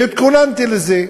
והתכוננתי לזה.